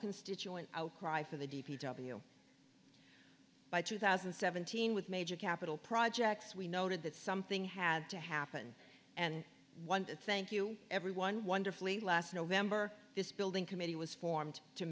constituent outcry for the d p w by two thousand and seventeen with major capital projects we noted that something had to happen and thank you everyone wonderfully last november this building committee was formed to